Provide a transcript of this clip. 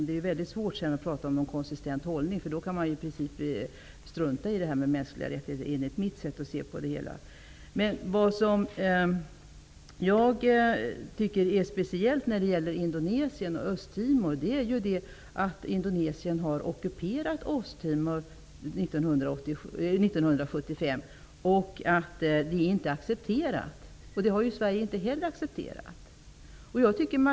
Det är svårt att därefter tala om en konsistent hållning. Enligt mitt sätt att se på saken kan man i så fall i princip strunta i det här med mänskliga rättigheter. Det som är speciellt vad gäller Indonesien och Östtimor är att Indonesien ockuperade Östtimor år 1975 och att den ockupationen inte är accepterad. Inte heller Sverige har accepterat den.